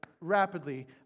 rapidly